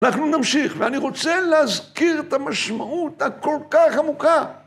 אנחנו נמשיך, ואני רוצה להזכיר את המשמעות הכל כך עמוקה.